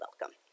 Welcome